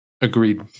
Agreed